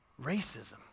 racism